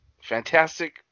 fantastic